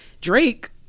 Drake